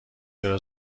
چرا